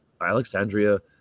Alexandria